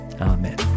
amen